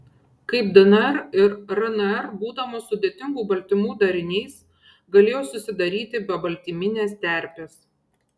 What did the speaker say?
kaip dnr ir rnr būdamos sudėtingų baltymų dariniais galėjo susidaryti be baltyminės terpės